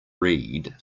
read